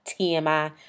TMI